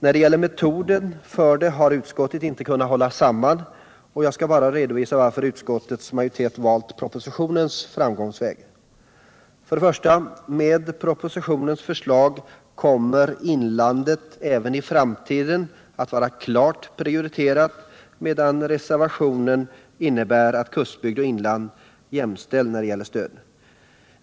I fråga om metoden har utskottet inte kunnat hålla samman, och jag skall redovisa varför utskottets majoritet valt propositionens framgångsväg. Med propositionens förslag kommer inlandet i framtiden att vara klart prioriterat, medan reservationens förslag innebär att kustbygd och inland är jämställda när det gäller stöd.